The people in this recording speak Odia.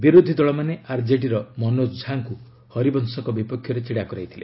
ବିରୋଧୀ ଦଳମାନେ ଆର୍ଜେଡିର ମନୋଜ ଝା ଙ୍କୁ ହରିବଂଶଙ୍କ ବିପକ୍ଷରେ ଛିଡ଼ା କରାଇଥିଲେ